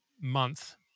month